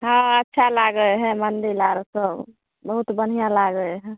हँ अच्छा लागै हय मन्दिर आर सब बहुत बढ़िआँ लागै हय